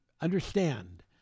understand